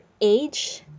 age